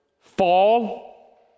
fall